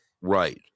right